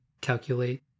calculate